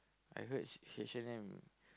I heard H H-and-M